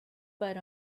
but